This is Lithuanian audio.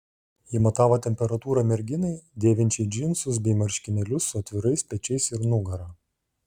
ji matavo temperatūrą merginai dėvinčiai džinsus bei marškinėlius su atvirais pečiais ir nugara